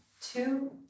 Two